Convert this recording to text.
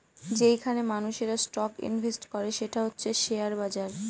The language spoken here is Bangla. যেইখানে মানুষেরা স্টক ইনভেস্ট করে সেটা হচ্ছে শেয়ার বাজার